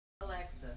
alexa